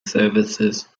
services